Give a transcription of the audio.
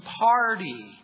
party